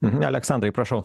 mhm aleksandrai prašau